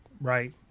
right